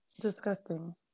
Disgusting